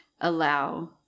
allow